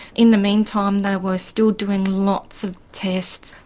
in the meantime they were still doing lots of tests.